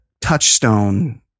touchstone